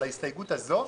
על ההסתייגות הזאת?